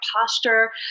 posture